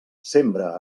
sembra